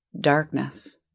darkness